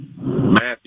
Matthew